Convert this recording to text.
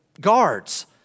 guards